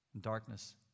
Darkness